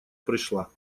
пришла